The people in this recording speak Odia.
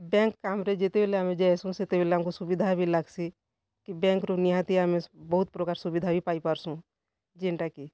ବ୍ୟାଙ୍କ୍ କାମ୍ରେ ଯେତେବେଳେ ଆମେ ଯାଏସୁଁ ସେତେବେଲେ ଆମ୍କୁ ସୁବିଧା ବି ଲାଗ୍ସି କି ବ୍ୟାଙ୍କ୍ରୁ ନିହାତି ଆମେ ବହୁତ୍ ପ୍ରକର୍ ସୁବିଧା ବି ପାଇ ପାର୍ସୁଁ ଜେଣ୍ଟାକି